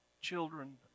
children